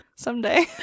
someday